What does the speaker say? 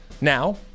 Now